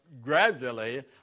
gradually